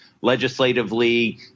legislatively